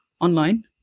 online